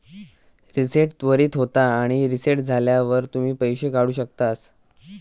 reset त्वरीत होता आणि रीसेट झाल्यावर तुम्ही पैशे काढु शकतास